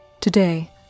Today